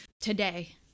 Today